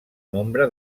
nombre